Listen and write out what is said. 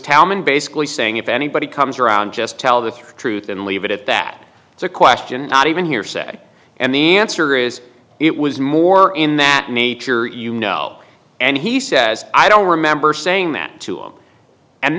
talman basically saying if anybody comes around just tell the truth and leave it at that it's a question not even hearsay and the answer is it was more in that nature you know and he says i don't remember saying that to him and